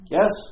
Yes